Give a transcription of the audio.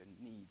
need